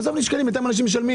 עזוב נשקלים, בינתיים אנשים משלמים.